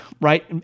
right